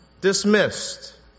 Dismissed